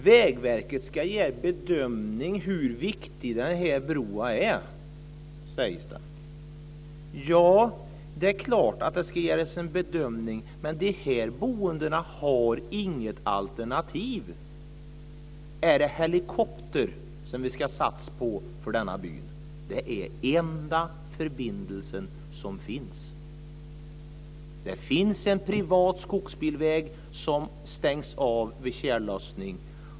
Vägverket ska göra en bedömning av hur viktig den här bron är, sägs det. Det är klart att det ska göras en bedömning, men de boende har inget alternativ. Är det helikopter som vi ska satsa på för deras del? Bron är den enda förbindelse som har funnits. Det finns en privat skogsbilväg, som stängs av vid tjällossning.